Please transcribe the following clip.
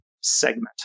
segment